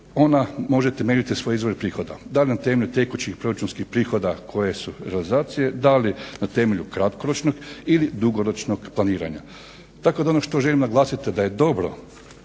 ona možete mjeriti svoje izvore prihoda da na temelju tekućih proračunskih prihoda koje su realizacije, da li na temelju kratkoročnog ili dugoročnog planiranja. Tako da ono što želim naglasit da je dobro